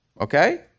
okay